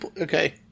Okay